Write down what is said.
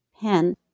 pen